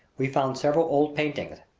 we found several old paintings,